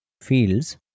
fields